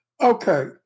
okay